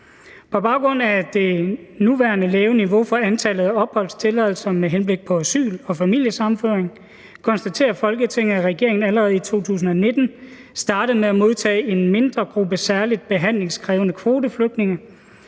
På baggrund af det nuværende niveau for antallet af opholdstilladelser med henblik på asyl og familiesammenføring konstaterer Folketinget, at regeringen allerede i 2019 startede med at modtage en mindre gruppe særligt behandlingskrævende kvoteflygtninge,